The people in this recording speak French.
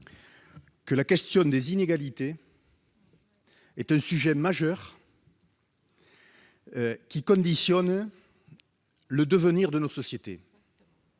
que la question des inégalités est un sujet majeur, dont le traitement conditionne le devenir de nos sociétés.